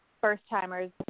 first-timers